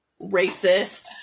Racist